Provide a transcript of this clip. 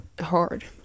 hard